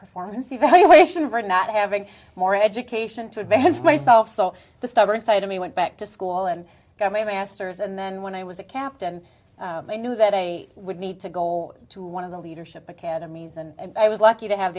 performance evaluation right not having more education to advance myself so the stubborn side of me went back to school and got a master's and then when i was a captain i knew that i would need to goal to one of the leadership academies and i was lucky to have